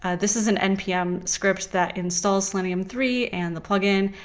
ah this is an npm scripts that installs selenium three and the plugin,